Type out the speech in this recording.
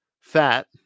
fat